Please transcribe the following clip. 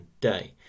day